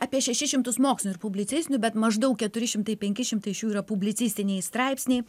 apie šešis šimtus mokslinių ir publicistinių bet maždaug keturi šimtai penki šimtai iš jų yra publicistiniai straipsniai